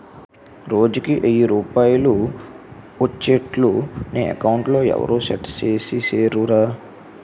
రోజుకి ఎయ్యి రూపాయలే ఒచ్చేట్లు నీ అకౌంట్లో ఎవరూ సెట్ సేసిసేరురా